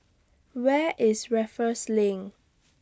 Where IS Raffles LINK